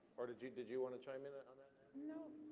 or did you did you want to chime in ah and nope.